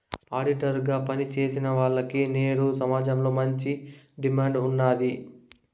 auditor గా పని చేసేవాల్లకి నేడు సమాజంలో మంచి డిమాండ్ ఉన్నాది